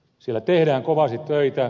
siellä tehdään kovasti töitä